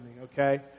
okay